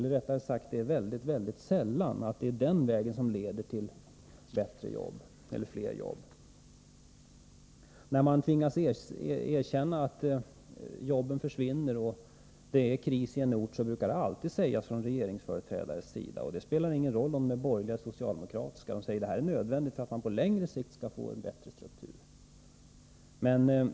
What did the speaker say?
Rättare sagt: det är mycket sällan den vägen leder till bättre eller fler jobb. När man tvingas erkänna att jobben försvinner och det är kris i en ort, brukar det alltid sägas från regeringsföreträdarnas sida — det spelar ingen roll om de är borgerliga eller socialdemokratiska — att detta är nödvändigt för att man på längre sikt skall få en bättre struktur.